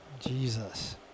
Jesus